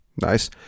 nice